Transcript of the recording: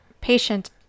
patient